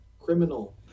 criminal